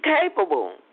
capable